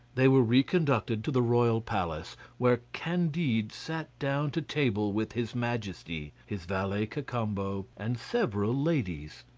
they were reconducted to the royal palace, where candide sat down to table with his majesty, his valet cacambo, and several ladies.